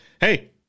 Hey